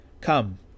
Come